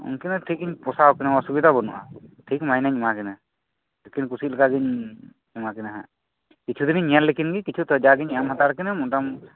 ᱩᱱᱠᱤᱱ ᱦᱚᱸ ᱴᱷᱤᱠ ᱯᱚᱥᱟᱣᱟᱠᱤᱱᱟ ᱚᱥᱩᱵᱤᱫᱟ ᱵᱟᱱᱩᱜᱼᱟ ᱴᱷᱤᱠ ᱢᱟᱭᱱᱮᱧ ᱮᱢᱟᱣᱟᱠᱤᱱᱟ ᱟᱹᱠᱤᱱ ᱠᱩᱥᱤ ᱞᱮᱠᱟ ᱜᱮ ᱮᱢᱟ ᱠᱤᱱᱟᱹ ᱦᱟᱸᱜ ᱠᱤᱪᱷᱩ ᱫᱤᱱᱤᱧ ᱧᱮᱞ ᱞᱮᱠᱤᱱ ᱜᱮ ᱠᱤᱪᱷᱩ ᱡᱟ ᱜᱤᱧ ᱮᱢ ᱦᱟᱛᱟᱲᱟᱠᱤᱱᱟ ᱢᱚᱴᱟᱢᱩᱴᱤ